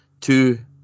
two